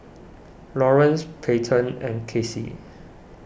Lawrance Peyton and Kassie